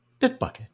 Bitbucket